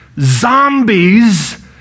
zombies